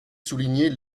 souligner